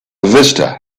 vista